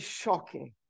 shocking